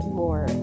more